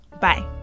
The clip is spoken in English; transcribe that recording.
Bye